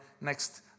next